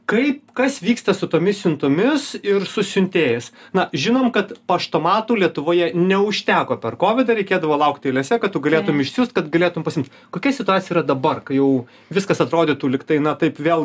kaip kas vyksta su tomis siuntomis ir su siuntėjais na žinom kad paštomatų lietuvoje neužteko per kovidą reikėdavo laukti eilėse kad tu galėtum išsiųst kad galėtum pasimt kokia situacija yra dabar kai jau viskas atrodytų lyg tai na taip vėl